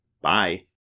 bye